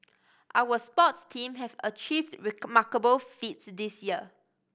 our sports teams have achieved remarkable feats this year